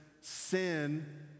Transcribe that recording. sin